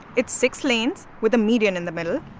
it's six lanes with a median in the middle.